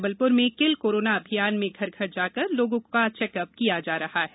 जबलपुर में kill corona अभियान में घर घर जाकर लोगों का चेकअप किया जा रहा है